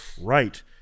right